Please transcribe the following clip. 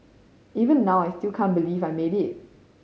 even now I still can't believe I made it